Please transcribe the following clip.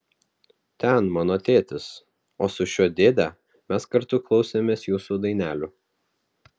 ten mano tėtis o su šiuo dėde mes kartu klausėmės jūsų dainelių